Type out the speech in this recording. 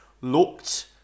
looked